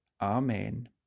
Amen